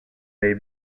may